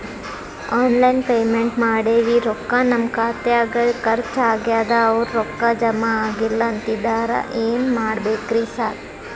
Online payment ಮಾಡೇವಿ ರೊಕ್ಕಾ ನಮ್ ಖಾತ್ಯಾಗ ಖರ್ಚ್ ಆಗ್ಯಾದ ಅವ್ರ್ ರೊಕ್ಕ ಜಮಾ ಆಗಿಲ್ಲ ಅಂತಿದ್ದಾರ ಏನ್ ಮಾಡ್ಬೇಕ್ರಿ ಸರ್?